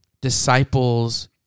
disciples